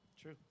True